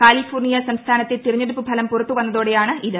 California സംസ്ഥാനത്തെ തിരഞ്ഞെടുപ്പ് ഫലം പുറത്ത് വന്നതോടെയാണ് ഇത്